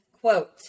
Quote